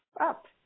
up